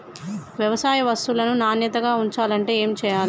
వ్యవసాయ వస్తువులను నాణ్యతగా ఉంచాలంటే ఏమి చెయ్యాలే?